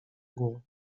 głowy